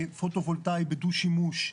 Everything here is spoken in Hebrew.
פוטו וולטאי בדו שימוש,